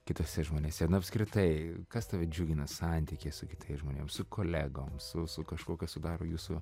kituose žmonėse na apskritai kas tave džiugina santykiai su kitais žmonėm su kolegom su kažkuo kas sudaro jūsų